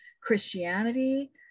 christianity